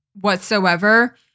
whatsoever